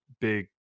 big